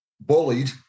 bullied